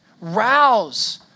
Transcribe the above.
rouse